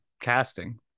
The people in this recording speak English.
casting